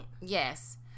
Yes